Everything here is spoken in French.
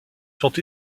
sont